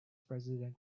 president